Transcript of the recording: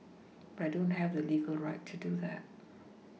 but I don't have the legal right to do that